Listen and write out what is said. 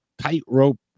tightrope